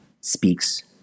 speaks